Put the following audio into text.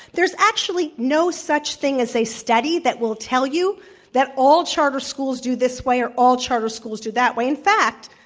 there's actually no such thing as a study that will tell you that all charter schools do this way or all charter schools do that way. in fact,